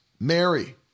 Mary